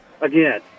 again